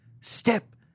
step